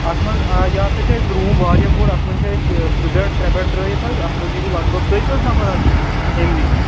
اَتھ منٛز یہِ ہسا چھُ اَسہِ روٗم واریاہ بوٚڈ اَتھ منٛز چھِ اَسہِ زٕ بیٚڈ ترٛےٚ بیڈ ترٛٲوِتھ حظ اَتھ منٛز یِیِوٕ لگ بگ تُہۍ کٔژ نَفَر حظ چھِو فیملی ہٕنٛدۍ